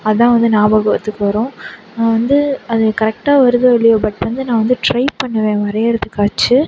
அதுதான் வந்து ஞாபகத்துக்கு வரும் நான் வந்து அது கரெக்டாக வருதோ இல்லையோ பட் வந்து நான் வந்து ட்ரை பண்ணுவேன் வரைகிறதுக்காச்சும்